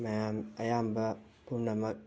ꯃꯌꯥꯝ ꯑꯌꯥꯝꯕ ꯄꯨꯝꯅꯃꯛ